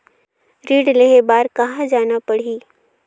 ऋण लेहे बार कहा जाना पड़ही?